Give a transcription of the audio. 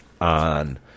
on